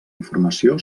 informació